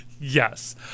Yes